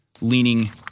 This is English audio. leaning